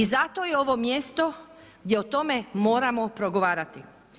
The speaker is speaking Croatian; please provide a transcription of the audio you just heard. I zato je ovo mjesto gdje o tome moramo progovarati.